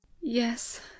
Yes